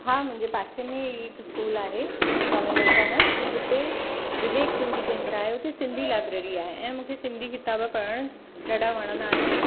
हा मुंहिंजे पासे में ई हिकु स्कूल आहे स्वामी विवेकानंद जिते विवेक सिंधी केंद्र आहे उते सिंधी लाइब्रेरी आहे ऐं मूंखे सिंधी किताब पढ़ण ॾाढा वणंदा आहिनि